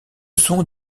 sont